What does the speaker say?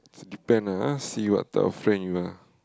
s~ depend ah see what type of friend you are